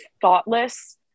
thoughtless